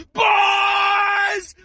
boys